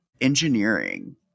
engineering